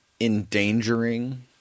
endangering